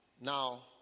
Now